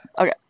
Okay